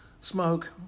smoke